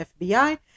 FBI